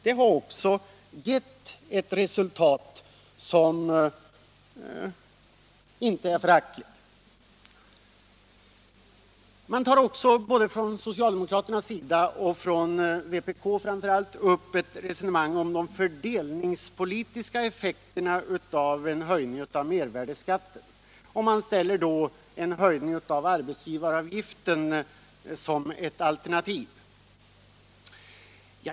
Det har också gett ett resultat som inte är föraktligt. Både socialdemokraterna och — framför allt — vpk tar upp ett resonemang om de fördelningspolitiska effekterna av en höjning av mervärdeskatten och ställer upp en höjning av arbetsgivaravgiften som ett alternativ.